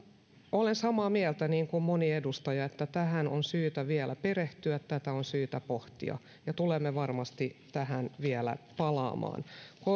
olen samaa mieltä kuin moni edustaja siitä että tähän on syytä vielä perehtyä ja tätä on syytä pohtia ja tulemme varmasti tähän vielä palaamaan